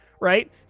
right